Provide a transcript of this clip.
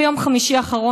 ביום חמישי האחרון,